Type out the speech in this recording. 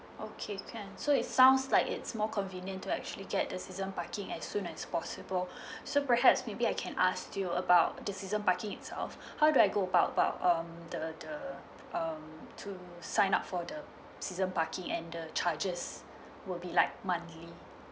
okay can so it sounds like it's more convenient to actually get the season parking as soon as possible so perhaps maybe I can ask you about this season parking itself how do I go about about um the the um to sign up for the season parking and the charges will be like monthly